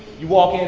you walk in